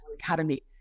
Academy